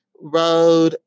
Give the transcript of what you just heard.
road